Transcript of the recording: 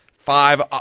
Five